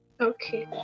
Okay